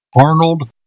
Arnold